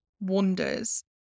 wonders